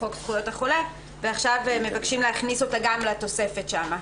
חוק זכויות החולה ועכשיו מבקשים להכניס אותה גם לתוספת שם.